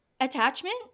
attachment